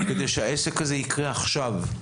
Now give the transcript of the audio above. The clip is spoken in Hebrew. כדי שהעסק הזה יקרה עכשיו,